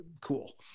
cool